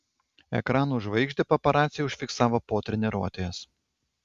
ekranų žvaigždę paparaciai užfiksavo po treniruotės